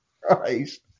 Christ